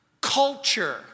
culture